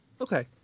Okay